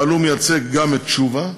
אבל הוא מייצג גם את תשובה,